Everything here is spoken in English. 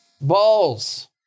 balls